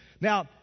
Now